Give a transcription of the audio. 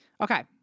Okay